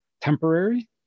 temporary